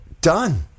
done